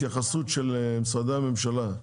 התייחסות של משרדי הממשלה.